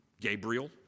Gabriel